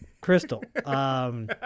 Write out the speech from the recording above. Crystal